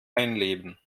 einleben